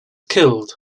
killed